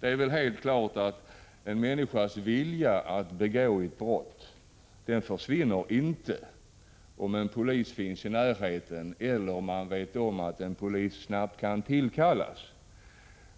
Det är väl klart att en människas vilja att begå ett brott inte försvinner om en polis finns i närheten eller om man vet att polis snabbt kan tillkallas.